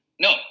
No